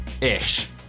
ish